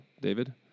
David